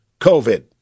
COVID